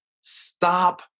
stop